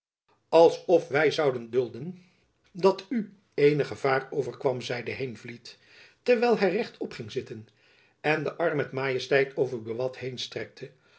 of wy zouden dulden dat u eenig gevaar jacob van lennep elizabeth musch overkwam zeide heenvliet terwijl hy recht op ging zitten en den arm met majesteit over buat